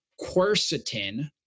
quercetin